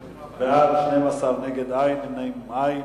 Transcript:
בעד, 12, נגד, אין, נמנעים,